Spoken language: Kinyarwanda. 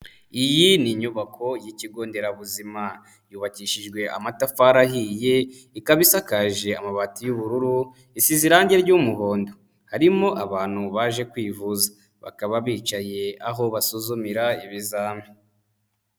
Iyi ni inyubako y'ikigo nderabuzima yubakishijwe amatafari ahiye, ikaba isakaje amabati y'ubururu, isize irange ry'umuhondo, harimo abantu baje kwivuza, bakaba bicaye aho basuzumira ibizami.